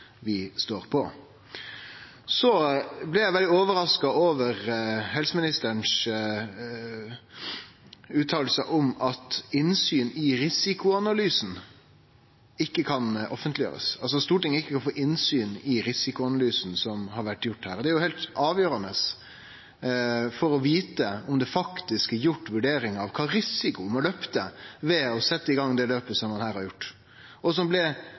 vi står med på. Så blei eg veldig overraska over helseministeren sin uttale om at innsyn i risikoanalysen ikkje kan offentliggjerast, altså at Stortinget ikkje kan få innsyn i risikoanalysen som har vore gjort her. Det er jo heilt avgjerande for å vite om det faktisk er gjort vurderingar av kva risikoen var ved å setje i gang det løpet som ein her har gjort – som det òg blei